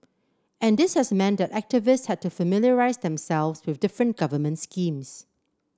and this has meant that activists had to familiarise themselves with different government schemes